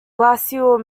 glacial